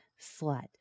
slut